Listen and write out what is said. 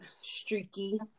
streaky